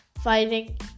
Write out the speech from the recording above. fighting